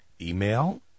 email